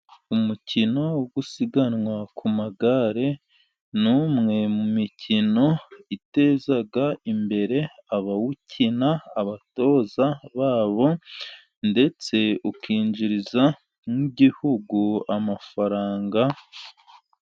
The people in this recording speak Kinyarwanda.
Umukino wo gusiganwa ku magare, ni umwe mu mikino iteza imbere abawukina, abatoza bawo, ndetse ukinjiriza n'igihugu amafaranga.